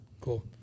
Cool